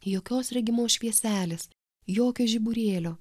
jokios regimos švieselės jokio žiburėlio